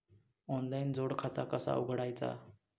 Online जोड खाता कसा उघडायचा?